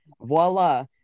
Voila